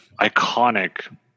iconic